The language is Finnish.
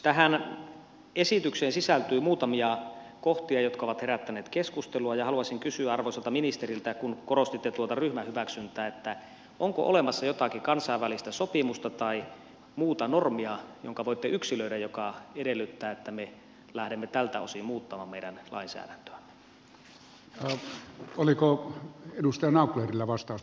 tähän esitykseen sisältyy muutamia kohtia jotka ovat herättäneet keskustelua ja haluaisin kysyä arvoisalta ministeriltä kun korostitte tuota ryhmähyväksyntää onko olemassa jotakin kansainvälistä sopimusta tai muuta normia jonka voitte yksilöidä joka edellyttää että me lähdemme tältä osin muuttamaan meidän lainsäädäntöämme